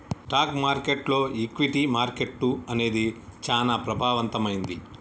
stock మార్కెట్టులో equity market అనేది చానా ప్రభావవంతమైంది